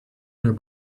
owner